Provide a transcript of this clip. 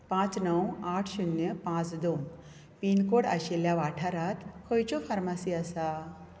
पांच णव आठ शुन्य पांच दोन पिनकोड आशिल्ल्या वाठारांत खंयच्योय फार्मासी आसा